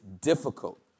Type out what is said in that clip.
difficult